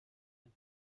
and